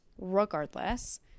regardless